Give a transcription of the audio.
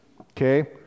Okay